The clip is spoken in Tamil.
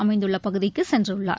அமைந்துள்ளபகுதிக்குசென்றுள்ளார்